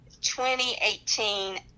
2018